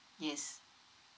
yes